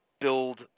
build